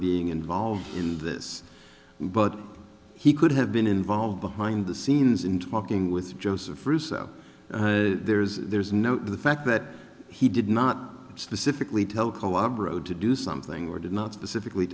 being involved in this but he could have been involved behind the scenes in talking with joseph russo there's there's no the fact that he did not specifically tell calabro to do something or did not specifically